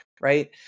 right